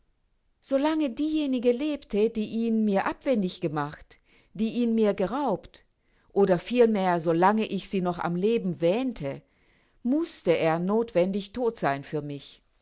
lange diejenige lebte die ihn mir abwendig gemacht die ihn mir geraubt oder vielmehr so lange ich sie noch am leben wähnte mußte er nothwendig todt sein für mich